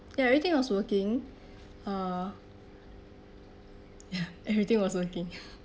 ya everything was working uh ya everything was working